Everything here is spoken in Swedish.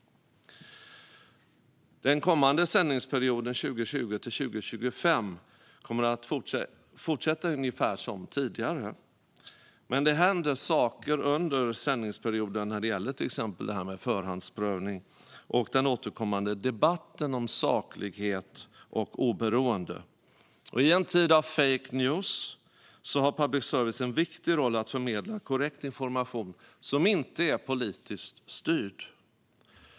Den kommande sändningsperioden 2020-2025 kommer att fortsätta ungefär som tidigare. Men det händer saker under sändningsperioden när det gäller till exempel förhandsprövning och den återkommande debatten om saklighet och oberoende. I en tid av fake news har public service en viktig roll i att förmedla korrekt information som inte är politiskt styrd.